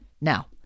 Now